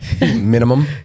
minimum